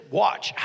watch